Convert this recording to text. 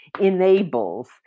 enables